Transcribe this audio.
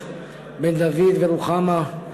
בן דוד ורוחמה,